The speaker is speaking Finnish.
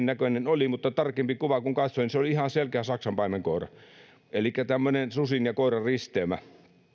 näköinen oli mutta tarkemmin kuvaa kun katsoin se oli ihan selkeä saksanpaimenkoira elikkä tämmöinen suden ja koiran risteymä